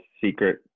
secret